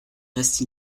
reste